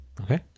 okay